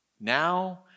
now